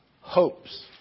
hopes